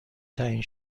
تعیین